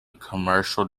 commercial